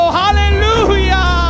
hallelujah